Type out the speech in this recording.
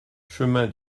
chemin